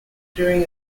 during